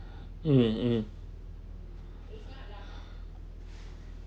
mm mm